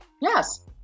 Yes